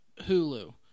Hulu